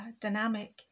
dynamic